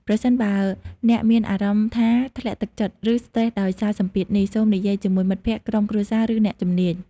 ប្រសិនបើអ្នកមានអារម្មណ៍ថាធ្លាក់ទឹកចិត្ត ឬស្រ្តេសដោយសារសម្ពាធនេះ សូមនិយាយជាមួយមិត្តភក្តិ ក្រុមគ្រួសារ ឬអ្នកជំនាញ។